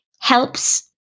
helps